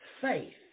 faith